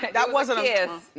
that wasn't a.